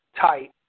tight